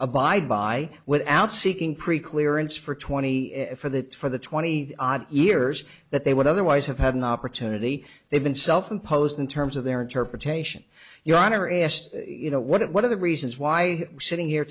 abide by without seeking pre clearance for twenty for that for the twenty odd years that they would otherwise have had an opportunity they've been self imposed in terms of their interpretation your honor if you know what are the reasons why sitting here